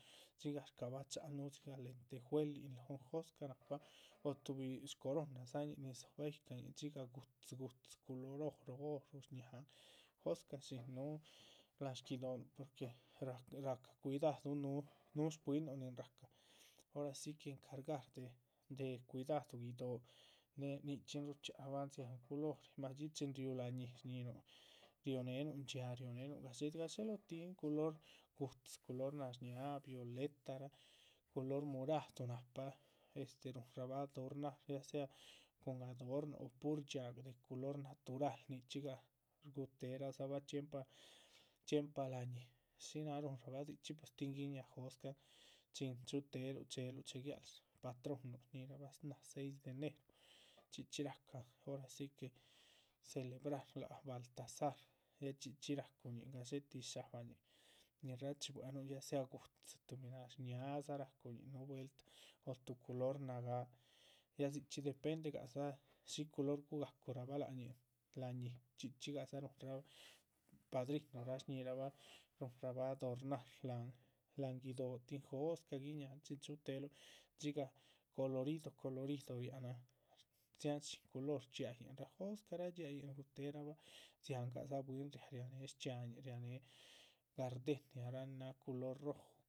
Dxigah shcabacha´han núhu dzigah lentejuelin lóhon, jóscah rahcan o tuhbi shcoronadzañihi nin dzóbah yíhcañih dzigah gu´dzin, gu´dzi culor oron, oro shñáhan. jóscah shíhin núhun, láhan shguido´nuh ya rahca cuidadun núhu núhu shbwín nuh ni rahca ora si que nin rahca encargar de de cuidadu guido´, néhe nichxín guchxíaban. dziáhan culori, madxí chin riú la´ñi, shñíhinuh rionéhenuh dxíaa rionéhenuh gadxé gadxé lohotihin culori gu´dzi, culor nashñáha, viletarah culor muradu, nahpa. este ruhunrabah adornar ya sea cun adornon o pur dxíaa de culor natural, nichxí gah rguhutehe radzabah chxiempa chxiempa la´ñi, shí naha rúhunrabah dzichxí pues tin. guiñáha jóscahan chin chuhuteheluh, chuhuteheluh chéheluh chéhe guiáluh shpatron nuh shñíhirabah náh seis de enero, chxí chxí rahca ora sí que celebrar lác baltazar. ya chxí chxí racuhuñih gadxé tih sha´bahñih, nin rachibuenuh ya sea gu´dzi, tuhbi nashñáahadza racuhuñih núhu vueltah, o tuh culor nagáa, ya dzichxí dependegadza. shí culor, gugacurabah lác ñih la´ñi, chxí chxí gadza ruhunrabah padrinurah shñíhirabah ruhunrabah adornar, láhan, láhan guido´, tin jóscah guiñáhan, chuhutéheluh. dxigah colorido colorido riánahan dziahan shín culor, dxiáa yin rah, jóscahraa dxiáayin shguhuterabah, dzihangah dza bwín, riáha riáh née shdxíaañih rianéhe, gardeniarah. nin náha culor rojo.